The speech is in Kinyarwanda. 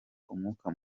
umwuka